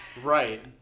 right